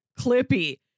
Clippy